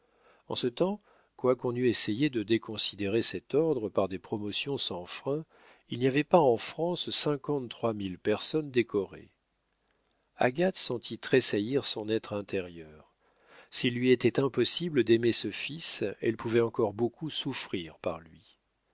en ce temps quoiqu'on eût essayé de déconsidérer cet ordre par des promotions sans frein il n'y avait pas en france cinquante-trois mille personnes décorées agathe sentit tressaillir son être intérieur s'il lui était impossible d'aimer ce fils elle pouvait encore beaucoup souffrir par lui